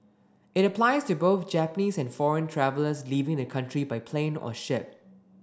it applies to both Japanese and foreign travellers leaving the country by plane or ship